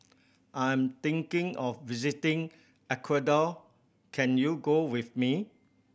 I'm thinking of visiting Ecuador can you go with me